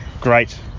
great